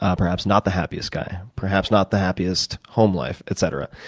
um perhaps not the happiest guy. perhaps not the happiest home life, etc.